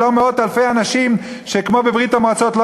ולא מאות אלפי אנשים שכמו בברית-המועצות,